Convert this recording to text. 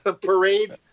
parade